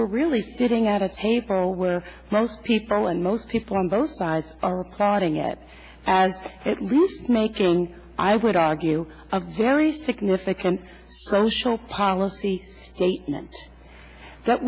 we're really sitting at a table where most people and most people on both sides are applauding it and at least making i would argue a very significant social policy statement